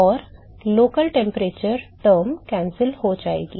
तो स्थानीय तापमान टर्म रद्द हो जाएगी